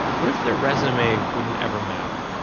what if their resume wouldn't ever matter?